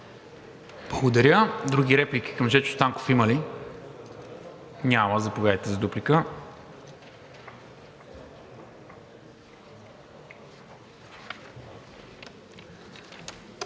Благодаря. Други реплики към Жечо Станков има ли? Няма. Заповядайте за дуплика.